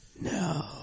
no